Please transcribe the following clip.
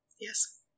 Yes